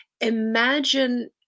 Imagine